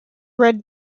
red